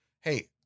hey